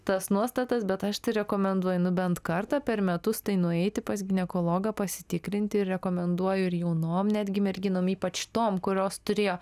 tas nuostatas bet aš tai rekomenduoju bent kartą per metus tai nueiti pas ginekologą pasitikrinti ir rekomenduoju ir jaunom netgi merginom ypač toms kurios turėjo